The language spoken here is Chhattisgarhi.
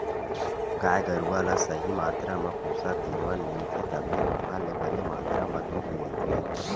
गाय गरूवा ल सही मातरा म पोसक जेवन मिलथे तभे ओखर ले बने मातरा म दूद मिलथे